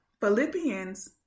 Philippians